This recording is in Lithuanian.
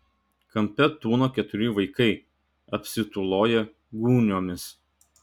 kampe tūno keturi vaikai apsitūloję gūniomis